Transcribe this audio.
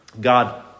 God